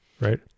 Right